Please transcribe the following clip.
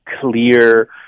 clear